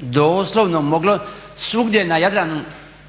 doslovno moglo svugdje na Jadranu